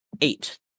eight